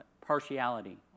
partiality